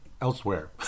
elsewhere